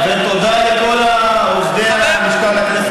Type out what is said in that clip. ותודה לכל עובדי משכן הכנסת,